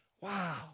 Wow